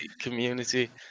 community